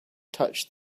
touched